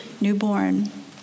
newborn